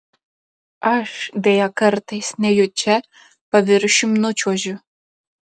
aš deja kartais nejučia paviršium nučiuožiu